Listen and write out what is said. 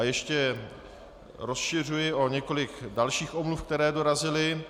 Ještě rozšiřuji o několik dalších omluv, které dorazily.